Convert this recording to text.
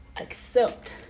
accept